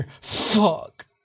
Fuck